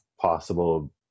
possible